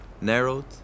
narrowed